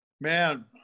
Man